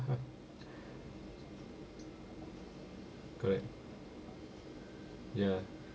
correct ya